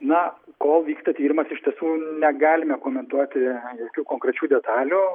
na kol vyksta tyrimas iš tiesų negalime komentuoti jokių konkrečių detalių